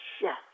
Yes